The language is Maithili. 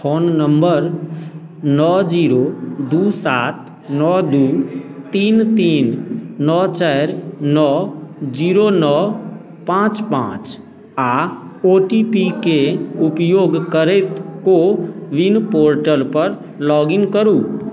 फोन नम्बर नओ जीरो दुइ सात नओ दुइ तीन तीन नओ चारि नओ जीरो नओ पाँच पाँच आओर ओ टी पी के उपयोग करैत कोविन पोर्टलपर लॉगइन करू